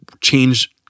change